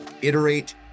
Iterate